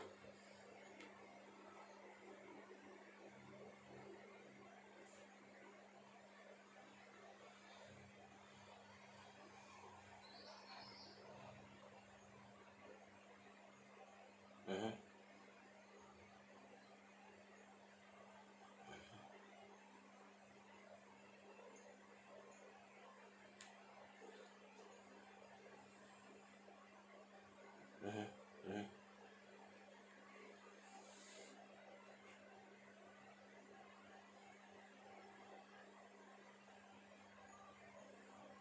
mmhmm mmhmm mmhmm